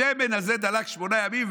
השמן הזה דלק שמונה ימים,